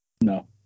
No